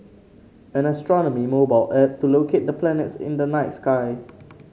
an astronomy mobile app to locate the planets in the night sky